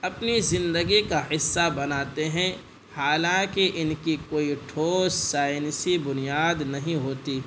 اپنی زندگی کا حصہ بناتے ہیں حالانکہ ان کی کوئی ٹھوس سائنسی بنیاد نہیں ہوتی